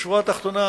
בשורה התחתונה,